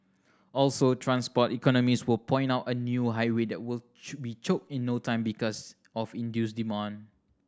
also transport economists will point out a new highway there will should be choked in no time because of induced demand